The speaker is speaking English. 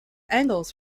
angles